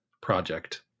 project